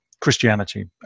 Christianity